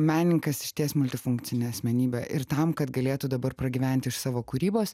menininkas išties multifunkcinė asmenybė ir tam kad galėtų dabar pragyventi iš savo kūrybos